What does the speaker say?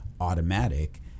automatic